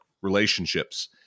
relationships